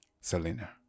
Selena